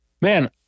Man